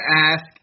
ask